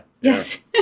Yes